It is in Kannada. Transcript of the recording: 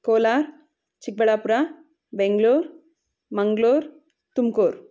ಕೋಲಾರ ಚಿಕ್ಕಬಳ್ಳಾಪುರ ಬೆಂಗಳೂರು ಮಂಗಳೂರು ತುಮಕೂರು